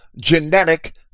genetic